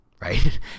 right